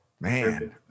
man